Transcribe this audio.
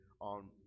on